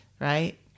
right